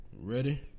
Ready